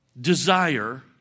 desire